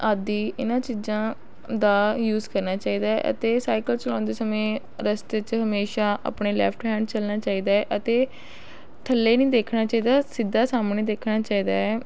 ਆਦਿ ਇਨ੍ਹਾਂ ਚੀਜ਼ਾਂ ਦਾ ਯੂਸ ਕਰਨਾ ਚਾਹੀਦਾ ਏ ਅਤੇ ਸਾਈਕਲ ਚਲਾਉਂਦੇ ਸਮੇਂ ਰਸਤੇ 'ਚ ਹਮੇਸ਼ਾਂ ਆਪਣੇ ਲੈਫਟ ਹੈਂਡ ਚੱਲਣਾ ਚਾਹੀਦਾ ਹੈ ਅਤੇ ਥੱਲੇ ਨਹੀਂ ਦੇਖਣਾ ਚਾਹੀਦਾ ਸਿੱਧਾ ਸਾਹਮਣੇ ਦੇਖਣਾ ਚਾਹੀਦਾ ਹੈ